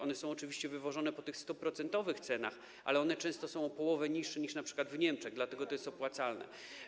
One są oczywiście wywożone po tych 100-procentowych cenach, ale te ceny często są o połowę niższe niż np. w Niemczech, dlatego to jest opłacalne.